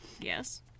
Yes